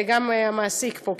גם המעסיק פה,